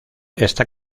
está